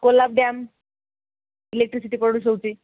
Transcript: Kolab dam electricity produce ହଉଛି